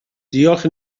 diolch